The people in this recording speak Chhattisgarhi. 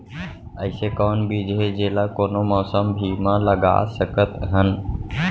अइसे कौन बीज हे, जेला कोनो मौसम भी मा लगा सकत हन?